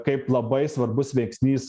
kaip labai svarbus veiksnys